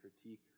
critique